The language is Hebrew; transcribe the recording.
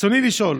ברצוני לשאול: